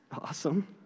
Awesome